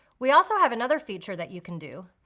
we also have another feature that you can do,